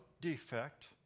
defect